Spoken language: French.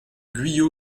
guyot